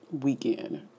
weekend